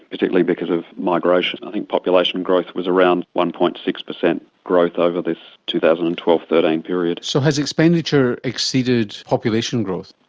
particularly because of migration. i think population growth was around one. six percent growth over this two thousand and twelve thirteen period. so has expenditure exceeded population growth?